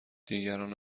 دیگران